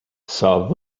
saw